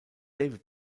david